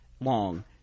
long